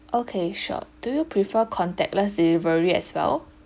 okay sure do you prefer contactless delivery as well